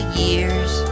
years